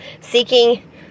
seeking